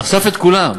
נחשוף את כולם.